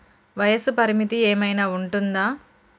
వయస్సు పరిమితి ఏమైనా ఉంటుందా?